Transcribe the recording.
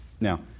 Now